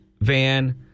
Van